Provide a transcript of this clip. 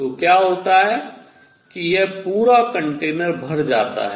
तो क्या होता है कि यह पूरा कंटेनर भर जाता है